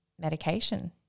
medication